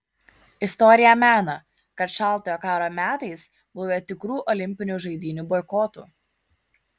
istorija mena kad šaltojo karo metais buvę tikrų olimpinių žaidynių boikotų